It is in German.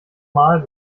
mal